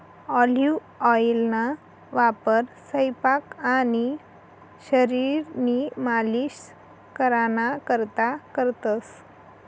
olive ऑइलना वापर सयपाक आणि शरीरनी मालिश कराना करता करतंस